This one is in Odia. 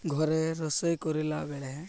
ଘରେ ରୋଷେଇ କରିଲା ବେଳେ